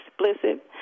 explicit